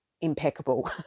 impeccable